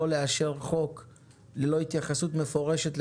לאשר חוק ללא התייחסות מפורשת לנגישות,